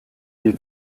die